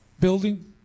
building